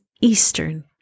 eastern